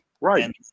right